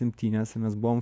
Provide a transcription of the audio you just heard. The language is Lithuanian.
imtynės ir mes buvom